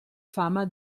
fama